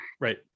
Right